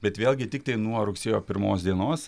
bet vėlgi tiktai nuo rugsėjo pirmos dienos